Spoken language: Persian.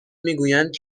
میگویند